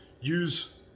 use